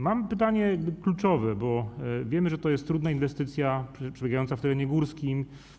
Mam pytanie kluczowe, bo wiemy, że to jest trudna inwestycja, przebiegająca w terenie górskim.